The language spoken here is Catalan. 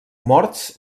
morts